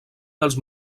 dels